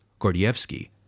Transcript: Gordievsky